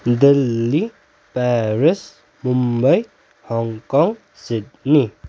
Delhi Paris Mumbai Hong Kong Sydney